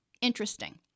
Interesting